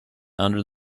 under